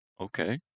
Okay